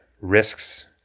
risks